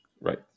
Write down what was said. right